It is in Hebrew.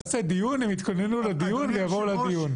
תקיים דיון, הם יתכוננו לדיון ויבואו לדיון.